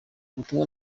ubutumwa